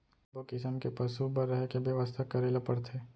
सब्बो किसम के पसु बर रहें के बेवस्था करे ल परथे